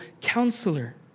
counselor